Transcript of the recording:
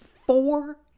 four